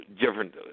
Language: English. different